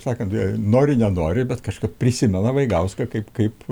sakant nori nenori bet kažkaip prisimena vaigauską kaip kaip